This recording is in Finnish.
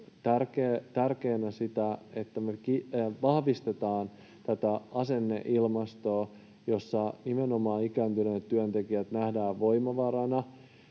tärkeänä sitä, että me vahvistetaan tätä asenneilmastoa, jossa nimenomaan ikääntyneet työntekijät nähdään voimavarana.